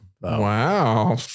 Wow